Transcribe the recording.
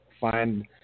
find